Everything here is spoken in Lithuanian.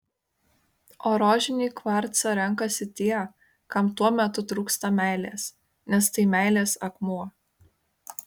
o rožinį kvarcą renkasi tie kam tuo metu trūksta meilės nes tai meilės akmuo